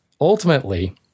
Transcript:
ultimately